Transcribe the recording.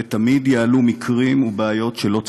ותמיד יעלו מקרים ובעיות שלא צפינו.